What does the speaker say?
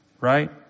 Right